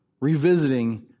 revisiting